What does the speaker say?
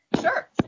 Sure